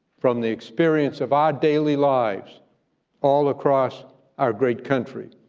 from the experience of our daily lives all across our great country,